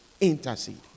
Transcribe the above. intercede